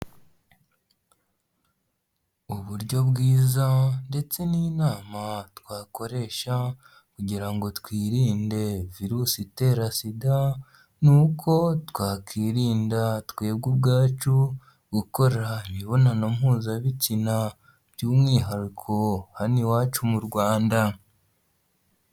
Uburyo bwiza ndetse n'inama twakoresha kugira ngo twirinde virusi itera sida, ni uko twakwirinda twebwe ubwacu gukora imibonano mpuzabitsina by'umwihariko hano iwacu mu Rwanda.